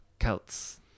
celts